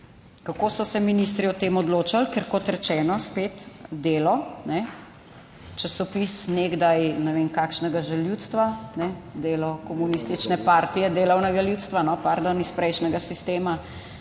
kako so se ministri o tem odločili? Ker kot rečeno, spet Delo časopis nekdaj ne vem kakšnega že ljudstva, delo komunistične partije, delovnega ljudstva, pardon, iz prejšnjega sistema,